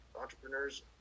entrepreneurs